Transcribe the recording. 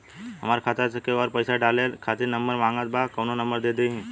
हमार खाता मे केहु आउर पैसा डाले खातिर नंबर मांगत् बा कौन नंबर दे दिही?